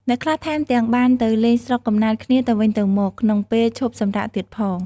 អ្នកខ្លះថែមទាំងបានទៅលេងស្រុកកំណើតគ្នាទៅវិញទៅមកក្នុងពេលឈប់សម្រាកទៀតផង។